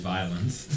Violence